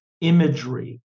imagery